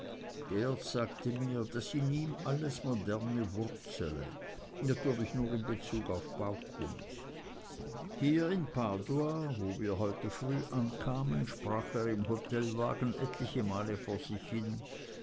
sagte mir daß in ihm alles moderne wurzele natürlich nur in bezug auf baukunst hier in padua wo wir heute früh ankamen sprach er im hotelwagen etliche male vor sich hin